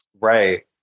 Right